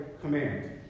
command